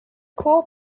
core